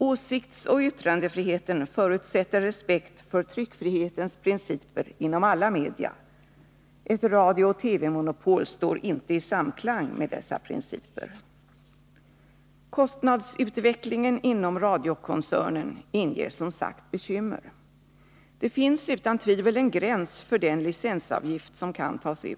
Åsiktsoch yttrandefriheten förutsätter respekt för tryckfrihetens principer inom alla media. Ett radiooch TV-monopol står inte i samklang med dessa principer. Kostnadsutvecklingen inom radiokoncernen inger som sagt bekymmer. Nr 93 Det finns utan tvivel en gräns för den licensavgift som kan tas ut.